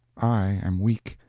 i am weak,